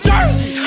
Jersey